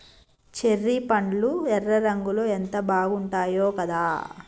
cherry పండ్లు ఎర్ర రంగులో ఎంత బాగుంటాయో కదా